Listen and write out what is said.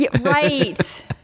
Right